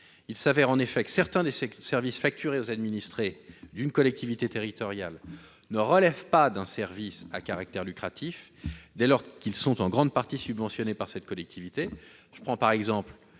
excessive. En effet, certains des services facturés aux administrés d'une collectivité territoriale ne relèvent pas d'une activité à but lucratif dès lors qu'ils sont en grande partie subventionnés par cette dernière. Songeons par exemple